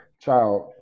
child